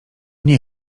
nie